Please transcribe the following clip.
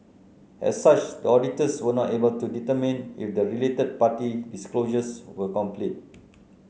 as such the auditors were not able to determine if the related party disclosures were complete